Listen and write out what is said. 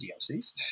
DLCs